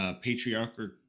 patriarchal